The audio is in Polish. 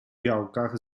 białkach